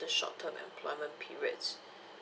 under short term employment periods